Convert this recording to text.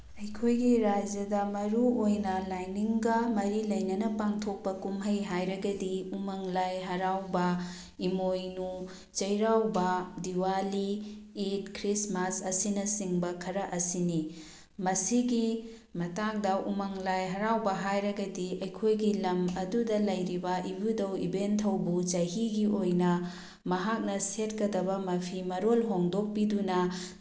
ꯑꯩꯈꯣꯏꯒꯤ ꯔꯥꯖ꯭ꯌꯗ ꯃꯔꯨꯑꯣꯏꯅ ꯂꯥꯏꯅꯤꯡꯒ ꯃꯔꯤ ꯂꯩꯅꯅ ꯄꯥꯡꯊꯣꯛꯄ ꯀꯨꯝꯍꯩ ꯍꯥꯏꯔꯒꯗꯤ ꯎꯃꯪ ꯂꯥꯏ ꯍꯔꯥꯎꯕ ꯏꯃꯣꯏꯅꯨ ꯆꯩꯔꯥꯎꯕ ꯗꯤꯋꯥꯂꯤ ꯏꯗ ꯈ꯭ꯔꯤꯁꯃꯥꯁ ꯑꯁꯤꯅꯆꯤꯡꯕ ꯈꯔ ꯑꯁꯤꯅꯤ ꯃꯁꯤꯒꯤ ꯃꯇꯥꯡꯗ ꯎꯃꯪ ꯂꯥꯏ ꯍꯔꯥꯎꯕ ꯍꯥꯏꯔꯒꯗꯤ ꯑꯩꯈꯣꯏꯒꯤ ꯂꯝ ꯑꯗꯨꯗ ꯂꯩꯔꯤꯕ ꯏꯕꯨꯙꯧ ꯏꯕꯦꯟꯊꯧꯕꯨ ꯆꯍꯤꯒꯤ ꯑꯣꯏꯅ ꯃꯍꯥꯛꯅ ꯁꯦꯠꯀꯗꯕ ꯃꯐꯤ ꯃꯔꯣꯜ ꯍꯣꯡꯗꯣꯛꯄꯤꯗꯨꯅ